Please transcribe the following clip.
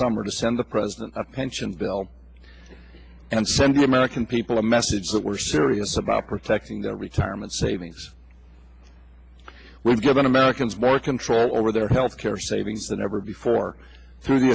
summer to send the president a pension bill and send the american people a message that we're serious about protecting their retirement savings will give americans more control over their health care savings than ever before through the